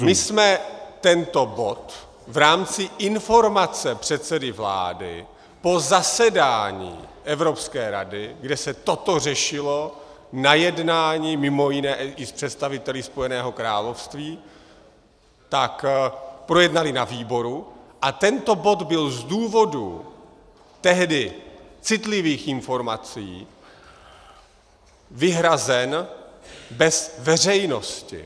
My jsme tento bod v rámci informace předsedy vlády po zasedání Evropské rady, kde se toto řešilo na jednání mj. i s představiteli Spojeného království, projednali na výboru a tento bod byl z důvodu tehdy citlivých informací vyhrazen bez veřejnosti.